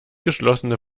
geschlossene